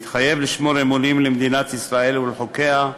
מתחייב לשמור אמונים למדינת ישראל ולחוקיה,